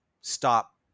stop